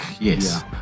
Yes